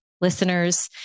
listeners